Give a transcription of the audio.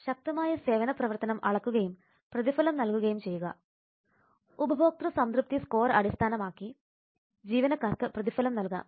ശക്തമായ സേവനപ്രവർത്തനം അളക്കുകയും പ്രതിഫലം നൽകുകയും ചെയ്യുക ഉപഭോക്തൃ സംതൃപ്തി സ്കോർ അടിസ്ഥാനമാക്കി ജീവനക്കാർക്ക് പ്രതിഫലം നൽകാം